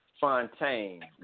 Fontaine